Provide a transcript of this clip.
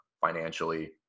financially